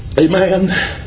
Amen